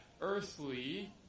earthly